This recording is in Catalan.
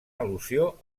al·lusió